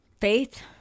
faith